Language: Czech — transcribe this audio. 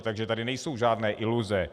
Takže tady nejsou žádné iluze.